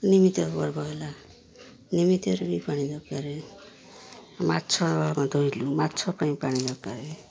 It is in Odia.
ପର୍ବ ହେଲା ନିମିତ୍ତରେ ବି ପାଣି ଦରକାର ମାଛ ଆମ ଧୋଇଲୁ ମାଛ ପାଇଁ ପାଣି ଦରକାର